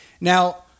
Now